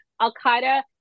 Al-Qaeda